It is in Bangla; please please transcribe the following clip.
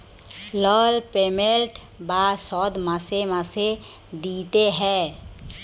লল পেমেল্ট বা শধ মাসে মাসে দিইতে হ্যয়